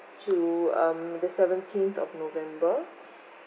to um the seventeenth of november